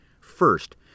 First